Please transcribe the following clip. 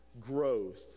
growth